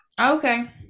Okay